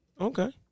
Okay